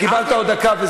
קיבלת עוד דקה.